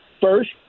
first